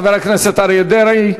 חבר הכנסת אריה דרעי,